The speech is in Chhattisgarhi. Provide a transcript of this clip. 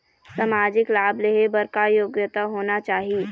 सामाजिक लाभ लेहे बर का योग्यता होना चाही?